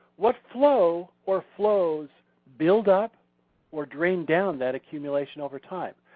what flow or flows build up or drain down that accumulation over time?